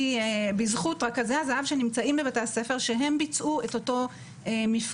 היא בזכות רכזי הזה"ב שנמצאים בבתי הספר שהם ביצעו את אותו מפקד